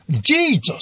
Jesus